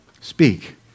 Speak